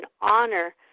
honor